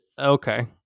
Okay